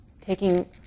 taking